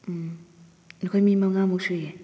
ꯎꯝ ꯑꯩꯈꯣꯏ ꯃꯤ ꯃꯉꯥꯃꯨꯛ ꯁꯨꯏꯌꯦ